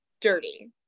dirty